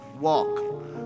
walk